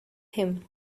him